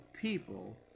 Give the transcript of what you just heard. people